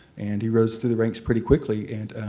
and he rose through the ranks pretty quickly. and